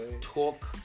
Talk